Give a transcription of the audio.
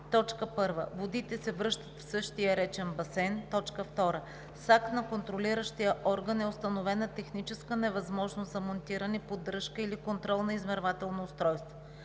условия: 1. водите се връщат в същия речен басейн; 2. с акт на контролиращия орган е установена техническа невъзможност за монтиране, поддръжка или контрол на измервателно устройство.